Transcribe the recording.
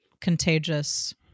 contagious